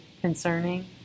concerning